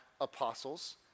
apostles